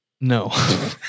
No